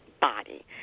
body